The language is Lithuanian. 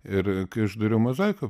ir kai aš dariau mozaiką